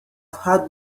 had